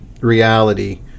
reality